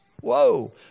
whoa